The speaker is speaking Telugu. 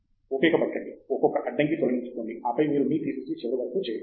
ఫణికుమార్ ఓపిక పట్టండి ఒక్కొక్క అద్దంకి తొలగించుకోండి ఆపై మీరు మీ థీసిస్ ని చివరకు చేయండి